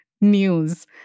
news